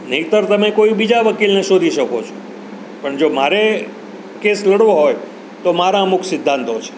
નહિંતર તમે કોઈ બીજા વકીલને શોધી શકો છો પણ જો મારે કેસ લડવો હોય તો મારા અમુક સિદ્ધાંતો છે